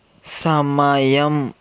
సమయం